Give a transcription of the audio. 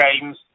games